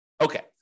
Okay